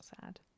sad